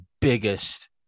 biggest